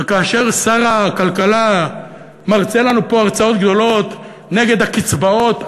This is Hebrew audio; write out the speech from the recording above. וכאשר שר הכלכלה מרצה לנו פה הרצאות גדולות נגד הקצבאות,